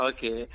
Okay